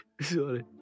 Sorry